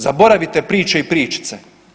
Zaboravite priče i pričice.